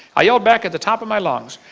i yelled back at the top of my lungs.